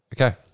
Okay